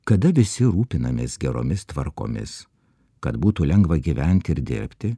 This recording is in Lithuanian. kada visi rūpinamės geromis tvarkomis kad būtų lengva gyventi ir dirbti